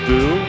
Boo